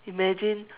imagine